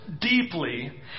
deeply